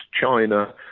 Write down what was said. China